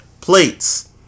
Plates